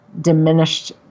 diminished